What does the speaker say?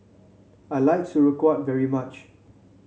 I like Sauerkraut very much